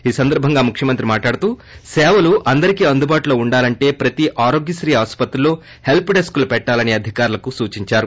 ఈ సందర్బంగా ముఖ్యమంత్రి మాట్లాడుతూ సేవలు అందరికీ అందుబాటులో ఉండాలంటే ప్రతి ఆరోగ్యక్రీ ఆస్పత్రిలో హెల్స్ డెస్క్ లను పెట్టాలని అధికారులకు సూచిందారు